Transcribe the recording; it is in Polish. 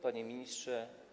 Panie Ministrze!